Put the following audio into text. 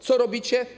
Co robicie?